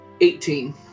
Eighteen